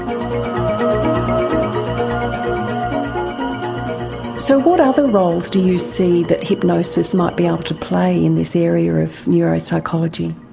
um so what other roles do you see that hypnosis might be able to play in this area of neuropsychology?